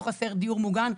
לא חסר דיור מוגן,